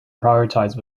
prioritize